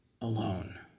alone